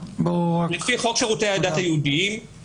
לפי חוק שירותי הדת היהודיים,